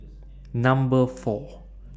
Number four